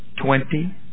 Twenty